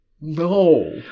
No